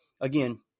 again